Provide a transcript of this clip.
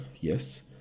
yes